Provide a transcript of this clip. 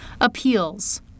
Appeals